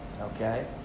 Okay